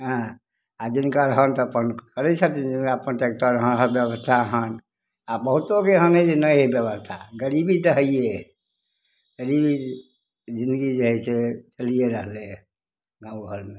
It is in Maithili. हेँ आओर जिनका हर तऽ अपन करै छथिन जिनका अपन टैकटर हन हर बेबस्था हन आओर बहुतोके एहन अइ जे नहि अइ बेबस्था गरीबी तऽ हैए हइ गरीबी जिनगी जे हइ से चलिए रहलै हइ गामघरमे